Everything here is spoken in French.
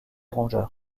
rongeur